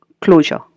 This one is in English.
closure